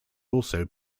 also